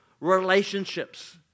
relationships